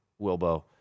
Wilbo